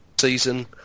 season